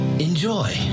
Enjoy